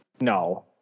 No